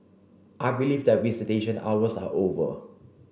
I believe that visitation hours are over